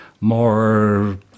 more